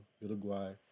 Uruguay